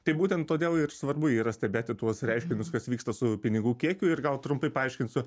tai būtent todėl ir svarbu yra stebėti tuos reiškinius kas vyksta su pinigų kiekiu ir gal trumpai paaiškinsiu